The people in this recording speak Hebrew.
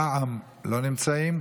רע"מ, לא נמצאים.